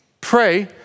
pray